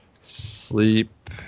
Sleep